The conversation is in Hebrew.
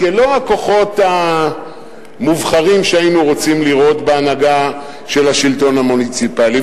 לא ככוחות המובחרים שהיינו רוצים לראות בהנהגה של השלטון המוניציפלי.